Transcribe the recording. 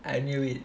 I knew it